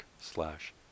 slash